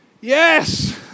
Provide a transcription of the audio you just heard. Yes